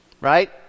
right